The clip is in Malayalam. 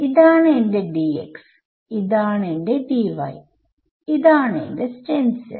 ഇതാണ് എന്റെ ഇതാണ് എന്റെ ഇതാണ് എന്റെ സ്റ്റെൻസിൽ